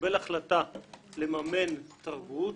מקבל החלטה לממן תרבות,